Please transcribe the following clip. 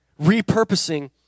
repurposing